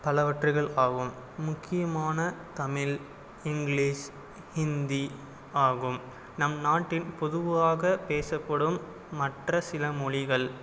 பலவற்றுகள் ஆகும் முக்கியமான தமிழ் இங்கிலிஷ் ஹிந்தி ஆகும் நம் நாட்டின் பொதுவாக பேசப்படும் மற்ற சில மொழிகள்